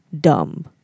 dumb